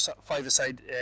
five-a-side